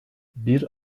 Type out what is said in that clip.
bir